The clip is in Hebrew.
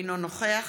אינו נוכח